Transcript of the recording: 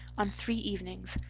on three evenings,